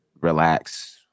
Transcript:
relax